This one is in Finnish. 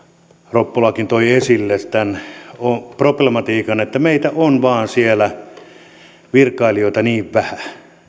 ropponen toi esille tämän problematiikan että meillä vain on siellä virkailijoita niin vähän